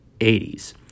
80s